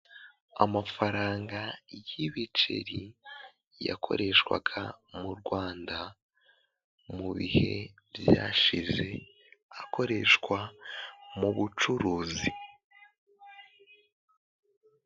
Amafaranga y'ibiceri yakoreshwaga mu Rwanda mu bihe byashize akoreshwa mu bucuruzi.